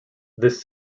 this